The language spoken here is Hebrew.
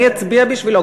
אני אצביע בשבילו,